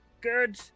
Good